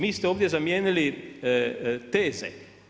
Vi ste ovdje zamijenili teze.